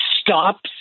stops